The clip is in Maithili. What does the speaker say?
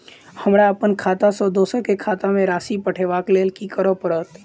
हमरा अप्पन खाता सँ दोसर केँ खाता मे राशि पठेवाक लेल की करऽ पड़त?